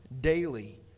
daily